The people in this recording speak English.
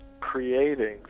creating